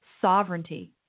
Sovereignty